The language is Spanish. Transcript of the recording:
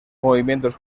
movimientos